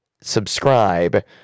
subscribe